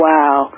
Wow